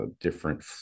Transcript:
different